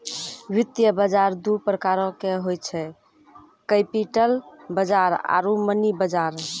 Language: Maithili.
वित्त बजार दु प्रकारो के होय छै, कैपिटल बजार आरु मनी बजार